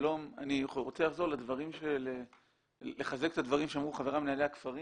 אני רוצה לחזק את הדברים שאמרו חבריי מנהלי הכפרים